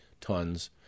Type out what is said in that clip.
tons